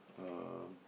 um